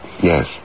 Yes